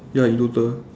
ya in total